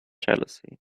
jealousy